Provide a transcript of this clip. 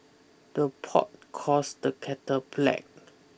the pot calls the kettle black